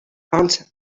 and